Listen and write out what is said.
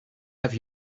have